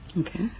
Okay